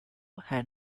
had